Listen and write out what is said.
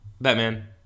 Batman